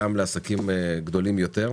גם לעסקים גדולים יותר.